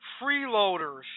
freeloaders